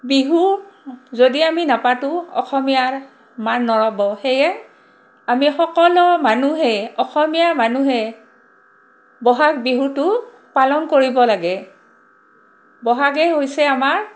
বিহু যদি আমি নাপাতোঁ অসমীয়াৰ মান নৰ'ব সেয়ে আমি সকলো মানুহে অসমীয়া মানুহে বহাগ বিহুটো পালন কৰিব লাগে বহাগে হৈছে আমাৰ